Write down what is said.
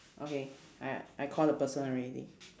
okay I I call the person already